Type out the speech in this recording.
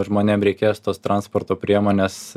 žmonėm reikės tos transporto priemonės